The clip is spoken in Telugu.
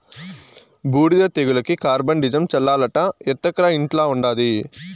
బూడిద తెగులుకి కార్బండిజమ్ చల్లాలట ఎత్తకరా ఇంట్ల ఉండాది